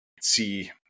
see